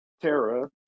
Terra